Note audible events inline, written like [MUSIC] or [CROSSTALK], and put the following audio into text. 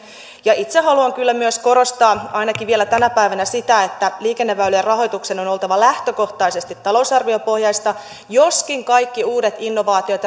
ja itse haluan kyllä myös korostaa ainakin vielä tänä päivänä sitä että liikenneväylien rahoituksen on oltava lähtökohtaisesti talousarviopohjaista joskin kaikki uudet innovaatiot [UNINTELLIGIBLE]